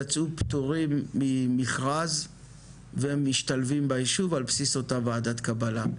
הם יצאו פטורים ממכרז והם משתלבים בישוב על בסיס אותה וועדת קבלה,